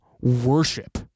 worship